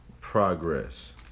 progress